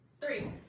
three